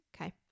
okay